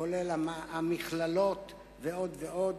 כולל המכללות, ועוד ועוד.